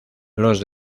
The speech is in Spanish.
los